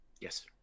Yes